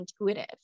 intuitive